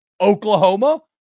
Oklahoma